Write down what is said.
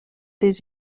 des